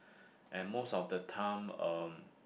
and most of the time um